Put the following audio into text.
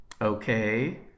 okay